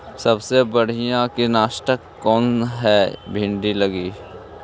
सबसे बढ़िया कित्नासक कौन है भिन्डी लगी?